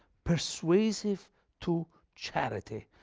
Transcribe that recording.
persuasive to charity,